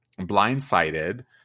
blindsided